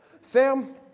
Sam